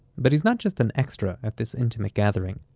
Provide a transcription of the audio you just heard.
but he's not just an extra at this intimate gathering.